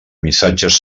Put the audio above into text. missatges